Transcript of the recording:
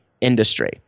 industry